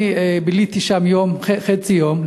ביליתי שם חצי יום,